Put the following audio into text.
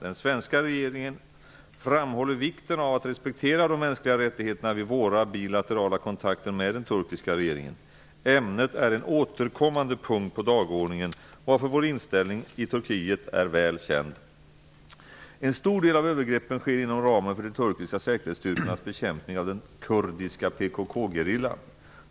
Den svenska regeringen framhåller vid våra bilaterala kontakter med den turkiska regeringen vikten av att respektera de mänskliga rättigheterna. Ämnet är en återkommande punkt på dagordningen, varför vår inställning är väl känd i Turkiet. En stor del av övergreppen sker inom ramen för de turkiska säkerhetsstyrkornas bekämpning av den kurdiska PKK-gerillan.